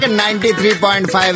93.5